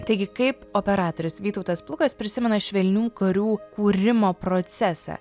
taigi kaip operatorius vytautas plukas prisimena švelnių karių kūrimo procesą